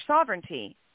sovereignty